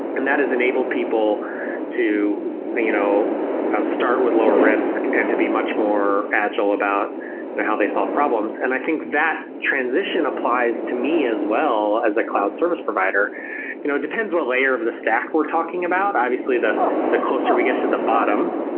and that has enabled people to you know start with lower risk and to be much more agile about how they solve problems. and i think that transition applies to me as well as a cloud service provider. it you know depends on what layer of the stack we're talking about. obviously, the the closer we get to the bottom,